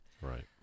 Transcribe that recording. Right